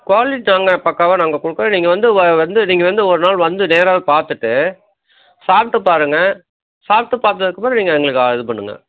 quality நாங்கள் பக்காவாக நாங்கள் கொடுக்கறோம் நீங்கள் வந்து வ வந்து நீங்கள் வந்து ஒரு நாள் வந்து நேராகவே பார்த்துட்டு சாப்பிட்டு பாருங்கள் சாப்பிட்டு பார்த்ததுக்கப்பறம் நீங்கள் எங்களுக்கு இது பண்ணுங்கள்